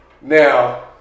Now